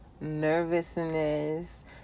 Nervousness